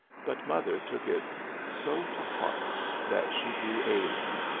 but mother took it so to heart that she grew ailing,